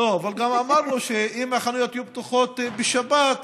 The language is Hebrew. אבל גם אמרנו שאם החנויות יהיו פתוחות בשבת,